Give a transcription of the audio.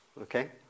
Okay